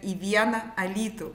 į vieną alytų